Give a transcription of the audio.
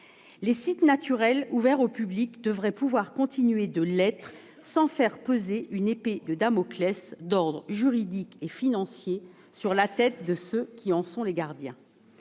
Les sites naturels ouverts au public devraient pouvoir continuer de l'être sans faire peser une épée de Damoclès d'ordre juridique et financier sur la tête de ceux qui en sont les gardiens.